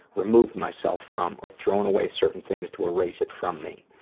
removed myself from or thrown away certain things to erase it from me.